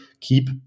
keep